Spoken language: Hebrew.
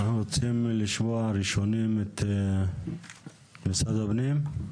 אנחנו רוצים לשמוע את משרד הפנים.